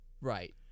Right